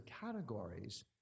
categories